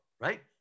right